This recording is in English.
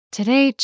Today